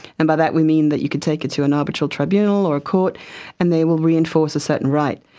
and by that we mean that you could take it to an arbitral tribunal or a court and they will reinforce a certain right.